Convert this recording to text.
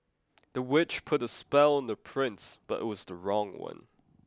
the witch put a spell on the prince but it was the wrong one